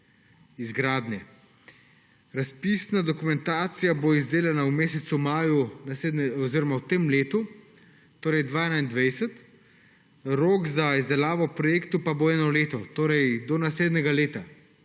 Razpisna dokumentacija bo izdelana v mesecu maju v tem letu, torej 2021. Rok za izdelavo projektov bo eno leto, torej do naslednjega leta.